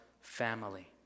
family